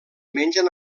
mengen